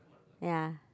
ya